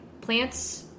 plants